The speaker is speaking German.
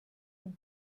dem